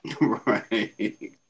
Right